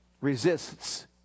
resists